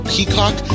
Peacock